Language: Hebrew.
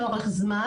לאורך זמן,